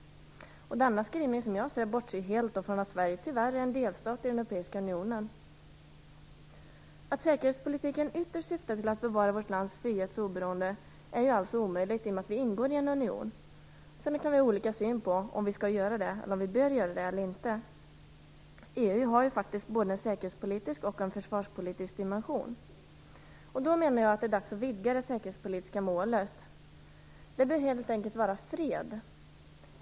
Denna skrivning bortser som jag ser det helt från att Sverige tyvärr är en delstat i den europeiska unionen. Att som säkerhetspolitiken ytterst syftar till bevara vårt lands frihet och oberoende är ju omöjligt i och med att vi ingår i en union. Sedan kan vi ha olika syn på om vi bör göra det eller inte. EU har ju faktiskt både en säkerhetspolitisk och en försvarspolitisk dimension. Jag menar att det är dags att vidga det säkerhetspolitiska målet. Det säkerhetspolitiska målet bör helt enkelt vara fred.